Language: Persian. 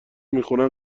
میخونن